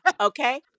Okay